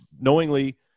knowingly